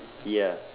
ya